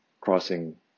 crossing